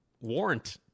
warrant –